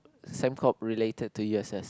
Sem Corp related to u_s_s